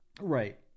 Right